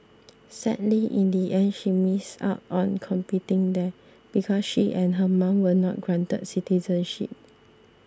sadly in the end she missed out on competing there because she and her mom were not granted citizenship